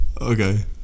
Okay